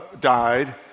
died